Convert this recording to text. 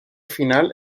final